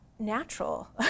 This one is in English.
natural